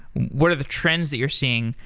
what are the trends that you're seeing?